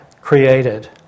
created